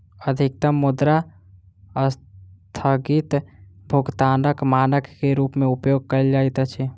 अधिकतम मुद्रा अस्थगित भुगतानक मानक के रूप में उपयोग कयल जाइत अछि